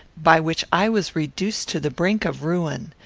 by which i was reduced to the brink of ruin.